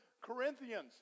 Corinthians